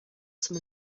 sum